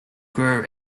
grew